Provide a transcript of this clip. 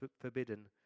forbidden